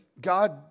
God